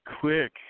quick